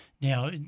now